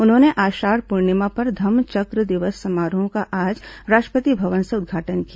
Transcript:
उन्होंने आषाढ़ पूर्णिमा पर धम्म चक्र दिवस समारोहों का आज राष्ट्रपति भवन से उद्घाटन किया